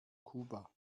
kuba